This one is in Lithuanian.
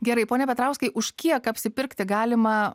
gerai pone petrauskai už kiek apsipirkti galima